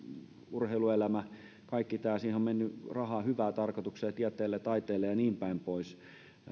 urheiluelämälle kaikkeen tähän on mennyt rahaa hyvään tarkoitukseen tieteelle taiteelle ja niin päin pois